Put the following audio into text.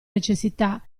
necessità